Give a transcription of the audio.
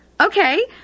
Okay